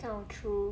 kind of true